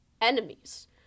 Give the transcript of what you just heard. enemies